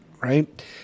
right